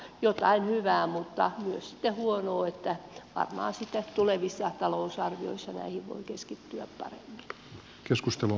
jotain hyvää mutta myös sitten huonoa varmaan sitten tulevissa talousarvioissa näihin voi keskittyä paremmin